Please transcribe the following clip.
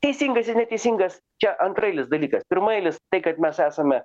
teisingas neteisingas čia antraeilis dalykas pirmaeilis tai kad mes esame